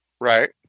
Right